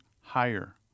higher